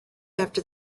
after